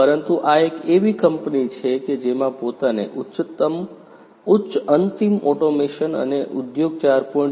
પરંતુ આ એક એવી કંપની છે કે જેમાં પોતાને ઉચ્ચ અંતિમ ઓટોમેશન અને ઉદ્યોગ 4